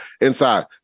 inside